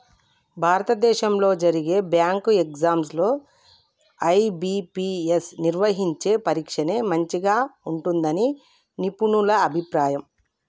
భారతదేశంలో జరిగే bank exams లో ఐ.బీ.పీ.ఎస్ నిర్వహించే పరీక్షనే మంచిగా ఉంటుందని నిపుణుల అభిప్రాయం